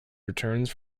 returns